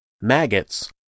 maggots